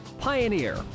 Pioneer